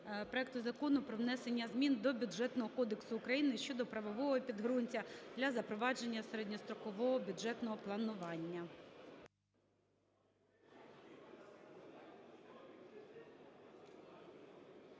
проекту Закону про внесення змін до Бюджетного кодексу України (щодо правового підґрунтя для запровадження середньострокового бюджетного планування).